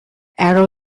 arrow